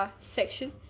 section